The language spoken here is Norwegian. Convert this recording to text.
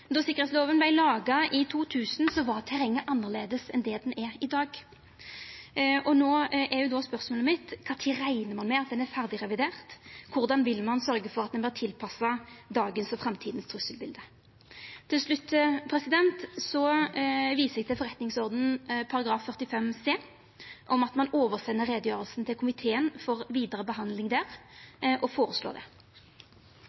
Då sikkerheitslova vart laga i 2000, var terrenget annleis enn det det er i dag, så spørsmålet mitt er: Når reknar ein med at ho er ferdig revidert, og korleis vil ein sørgja for at ho vert tilpassa dagens og framtidas trusselbilete? Til slutt viser eg til Stortingets forretningsorden § 45c, om at vi kan avgjera om utgreiinga skal sendast til komiteen for vidare behandling der,